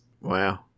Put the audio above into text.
Wow